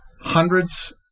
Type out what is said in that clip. hundreds